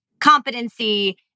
competency